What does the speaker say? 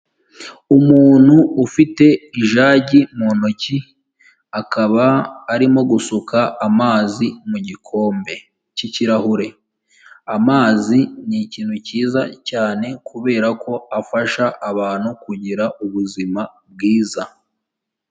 Umuntu ufite ijagi mu ntoki, akabati arimo gusuka amazi mu gikombe cy'ikirahure, amazi ni ikintu cyiza cyane kubera ko afasha abantu kugira ubuzima bwiza.